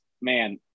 man